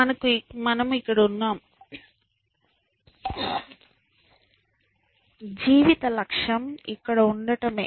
మనము ఇక్కడ ఉన్నాము జీవిత లక్ష్యం ఇక్కడ ఉండటమే